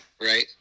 right